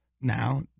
Now